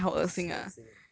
I was so 恶心 eh